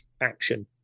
action